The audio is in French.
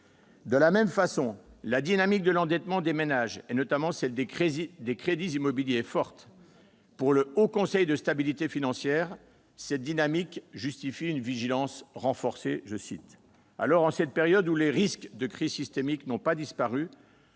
De la même façon, la dynamique de l'endettement des ménages, notamment celle des crédits immobiliers, est forte. Pour le Haut Conseil de stabilité financière, son niveau justifie une « vigilance renforcée ». En cette période où les risques de crise systémique n'ont pas disparu,